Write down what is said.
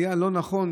היה לא נכון,